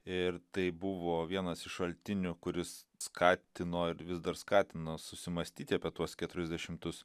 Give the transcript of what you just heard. ir tai buvo vienas iš šaltinių kuris skatino ir vis dar skatina susimąstyti apie tuos keturiasdešimtus